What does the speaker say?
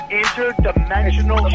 interdimensional